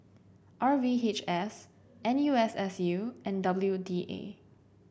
R V H S N U S S U and W D A